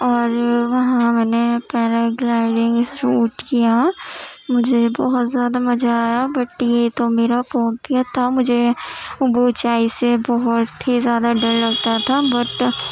اور وہاں میں نے پیراگلائڈنگ شوٹ کیا مجھے بہت زیادہ مزہ آیا بٹ یہ تو میرا فوبیا تھا مجھے اونچائی سے بہت ہی زیادہ ڈر لگتا تھا بٹ